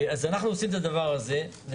אם כך, אנחנו עושים את הדבר הזה.